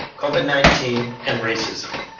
covid nineteen and racism.